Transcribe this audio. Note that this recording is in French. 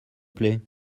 plaît